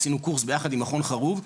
עשינו קורס ביחד עם מכון חרוב,